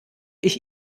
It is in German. ich